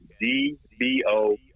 D-B-O